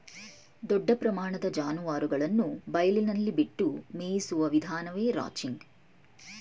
ದೊಡ್ಡ ಪ್ರಮಾಣದ ಜಾನುವಾರುಗಳನ್ನು ಬಯಲಿನಲ್ಲಿ ಬಿಟ್ಟು ಮೇಯಿಸುವ ವಿಧಾನವೇ ರಾಂಚಿಂಗ್